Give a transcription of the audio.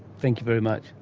thank you very much.